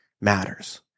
matters